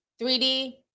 3d